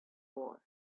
war